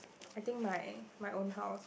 I think my my own house